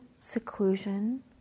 seclusion